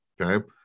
Okay